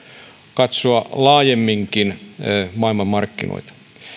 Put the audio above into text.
katsoa laajemminkin maailmanmarkkinoita